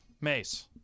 Mace